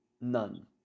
None